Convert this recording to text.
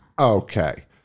okay